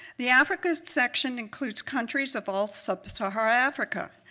the africa section includes countries of all sub-saharan africa.